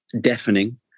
deafening